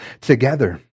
together